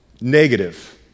Negative